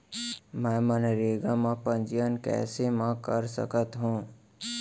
मैं मनरेगा म पंजीयन कैसे म कर सकत हो?